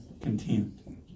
content